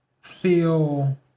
feel